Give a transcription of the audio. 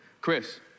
Chris